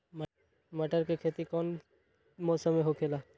मटर के खेती कौन मौसम में होखेला?